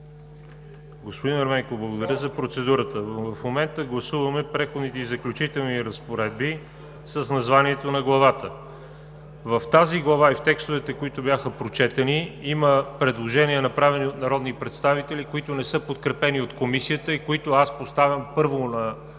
Господин Ерменков, благодаря за процедурата, но в момента гласуваме „Преходни и заключителни разпоредби“ с названието на главата. В тази глава и в текстовете, които бяха прочетени, има предложения, направени от народни представители, които не са подкрепени от Комисията, и които аз поставям първо на